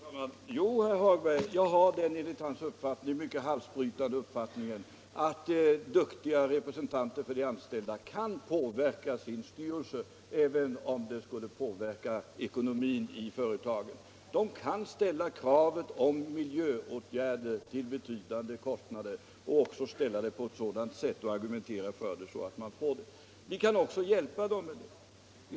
Fru talman! Jo, herr Hagberg i Borlänge, jag har den enligt herr Hagbergs mening mycket halsbrytande uppfattningen att duktiga representanter för de anställda kan påverka sin styrelse, även om det skulle påverka ekonomin i företaget. De kan ställa kravet på miljöåtgärder till betydande kostnader och också argumentera för det på ett sådant sätt att man får dessa åtgärder genomförda. Vi kan också hjälpa dem med detta.